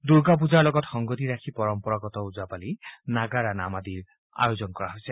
দুৰ্গা পূজাৰ লগত সংগতি ৰাখি পৰম্পৰাগত ওজা পালি নাগাৰা নাম আদিৰ আয়োজন কৰা হৈছে